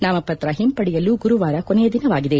ನಾಮಪತ್ರ ಹಿಂಪಡೆಯಲು ಗುರುವಾರ ಕೊನೆಯ ದಿನವಾಗಿದೆ